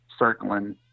circling